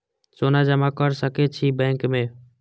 सोना जमा कर सके छी बैंक में?